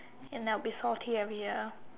and I'll be salty every year